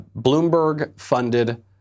Bloomberg-funded